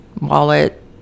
wallet